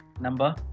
number